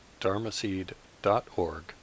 dharmaseed.org